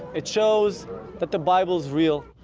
it shows that the bible is real.